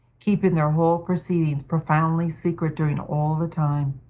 keeping their whole proceedings profoundly secret during all the time.